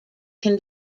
can